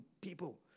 people